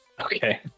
Okay